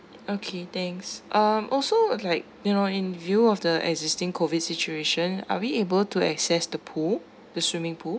okay thanks um also I would like you know in view of the existing COVID situation are we able to access the pool the swimming pool